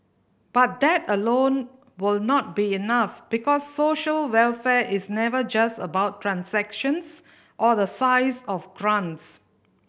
but that alone will not be enough because social welfare is never just about transactions or the size of grants